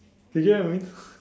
you get what I mean